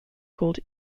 called